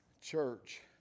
Church